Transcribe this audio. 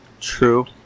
True